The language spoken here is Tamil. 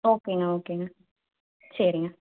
ஓகேங்க ஓகேங்க சரிங்க